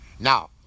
Now